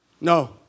No